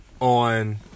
on